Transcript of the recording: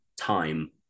time